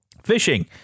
Fishing